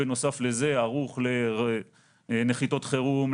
בנוסף לזה הוא ערוך לנחיתות חירום,